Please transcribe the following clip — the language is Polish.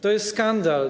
To jest skandal.